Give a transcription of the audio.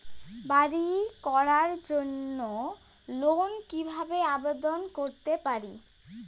বাড়ি করার জন্য লোন কিভাবে আবেদন করতে পারি?